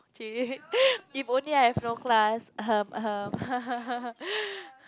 !chey! if only I have no class ahem ahem